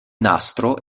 nastro